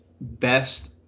best